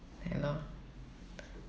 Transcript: hai lor